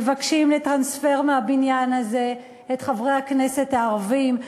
מבקשים לטרנספר מהבניין הזה את חברי הכנסת הערבים.